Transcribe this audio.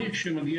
מי שמגיע